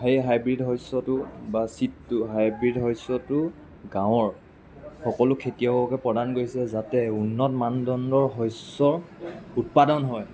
সেই হাইব্ৰিড শস্যটো বা চিডটো হাইব্ৰিড শস্যটো গাঁৱৰ সকলো খেতিয়ককে প্ৰদান কৰিছে যাতে উন্নত মানদণ্ডৰ শস্য উৎপাদন হয়